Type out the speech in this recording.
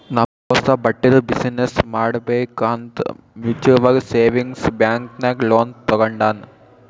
ನಮ್ ದೋಸ್ತ ಬಟ್ಟಿದು ಬಿಸಿನ್ನೆಸ್ ಮಾಡ್ಬೇಕ್ ಅಂತ್ ಮ್ಯುಚುವಲ್ ಸೇವಿಂಗ್ಸ್ ಬ್ಯಾಂಕ್ ನಾಗ್ ಲೋನ್ ತಗೊಂಡಾನ್